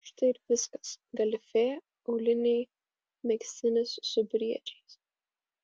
štai ir viskas galifė auliniai megztinis su briedžiais